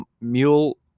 mule